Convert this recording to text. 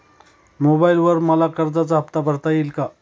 मोबाइलवर मला कर्जाचा हफ्ता भरता येईल का?